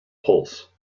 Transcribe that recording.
pulse